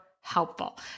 helpful